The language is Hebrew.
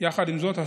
יחד עם זאת,